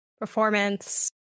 performance